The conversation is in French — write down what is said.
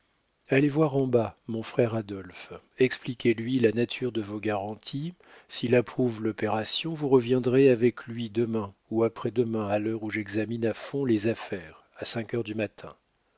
allez voir en bas mon frère adolphe expliquez lui la nature de vos garanties s'il approuve l'opération vous reviendrez avec lui demain ou après-demain à l'heure où j'examine à fond les affaires à cinq heures du matin